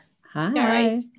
Hi